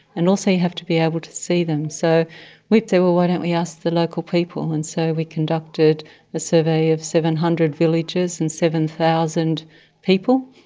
and also you have to be able to see them. so we thought, well, why don't we ask the local people, and so we conducted a survey of seven hundred villagers and seven thousand people,